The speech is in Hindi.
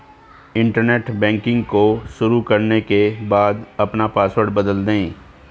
इंटरनेट बैंकिंग को शुरू करने के बाद अपना पॉसवर्ड बदल दे